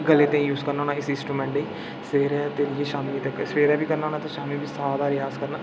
गले दे यूज करना होन्ना इस इंसट्रूमैंट लेई सवेरै तां लेइयै शामी तक सवेरै बी करना होन्ना ते शामी बी सारा रेआज करना